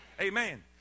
amen